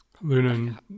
Luna